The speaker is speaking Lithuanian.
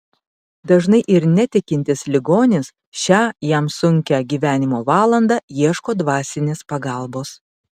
dažnai ir netikintis ligonis šią jam sunkią gyvenimo valandą ieško dvasinės pagalbos